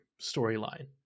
storyline